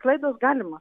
klaidos galimos